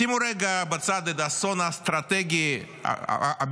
שימו רגע בצד את האסון האסטרטגי הבין-לאומי.